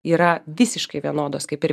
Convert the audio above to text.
yra visiškai vienodos kaip ir